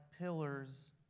pillars